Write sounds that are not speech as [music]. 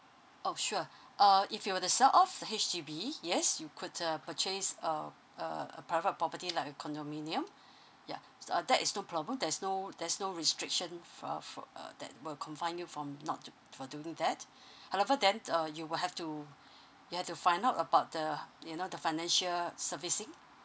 oh sure [breath] uh if you were to sell off the H_D_B yes you could uh purchase um a a private property like a condominium yeah uh that is no problem there's no there's no restriction uh for uh that will confine you from not to for to do that [breath] however then uh you will have to you have to find out about the you know the financial servicing